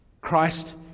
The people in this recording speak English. Christ